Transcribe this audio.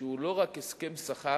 שהוא לא רק הסכם שכר